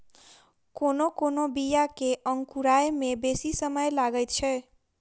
कोनो कोनो बीया के अंकुराय मे बेसी समय लगैत छै